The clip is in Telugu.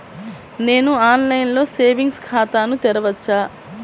నేను ఆన్లైన్లో సేవింగ్స్ ఖాతాను తెరవవచ్చా?